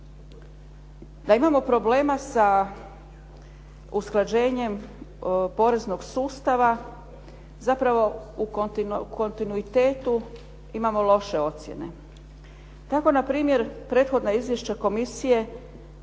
Da imamo problema sa usklađenjem poreznog sustava zapravo u kontinuitetu imamo loše ocjene. Tako na primjer prethodna izvješća komisije